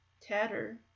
Tatter